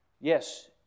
Yes